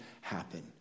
happen